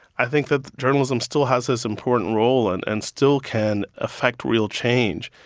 i think that journalism still has this important role and and still can affect real change.